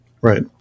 Right